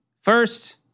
First